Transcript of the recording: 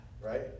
right